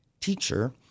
teacher